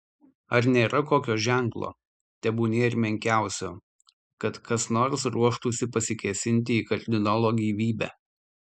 ar nėra kokio ženklo tebūnie ir menkiausio kad kas nors ruoštųsi pasikėsinti į kardinolo gyvybę